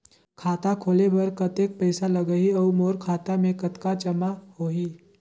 खाता खोले बर कतेक पइसा लगही? अउ मोर खाता मे कतका जमा होही?